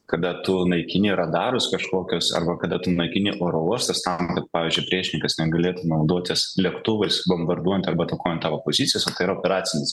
kada tu naikini radarus kažkokius arba kada tu naikini oro uostus tam kad pavyzdžiui priešininkas negalėtų naudotis lėktuvais bombarduojant arba atakuojant tavo pozicijas tai yra operacinis